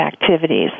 activities